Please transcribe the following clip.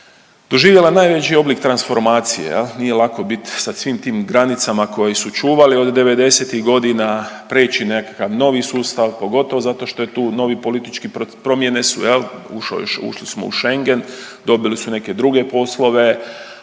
doživjela najveći oblik transformacije jel. Nije lako bit sa svim tim granicama koje su čuvali od '90.-tih godina, preći na nekakav novi sustav pogotovo zato što je tu novi politič… promjene su jel, ušli smo u Schengen, dobili su neke druge poslove.